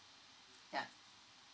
yeah